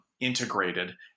integrated